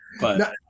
But-